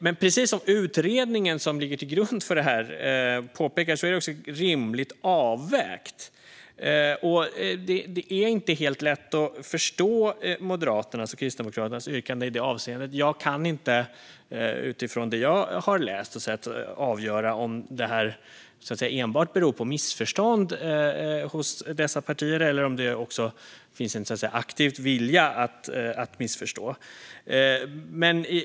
Men precis som påpekas i den utredning som ligger till grund för förslaget är undantaget rimligt avvägt. Det är inte helt lätt att förstå Moderaternas och Kristdemokraternas yrkande i det avseendet. Utifrån det som jag har läst och sett kan jag inte avgöra om det enbart beror på missförstånd hos dessa partier eller om det också finns en aktiv vilja att missförstå.